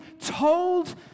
told